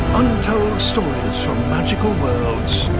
untold stories from magical worlds